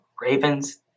Ravens